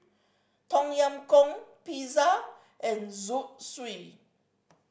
Tom Yam Goong Pizza and Zosui